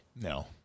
No